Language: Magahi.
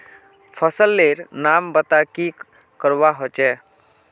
फसल लेर नाम बता की करवा होचे?